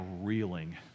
reeling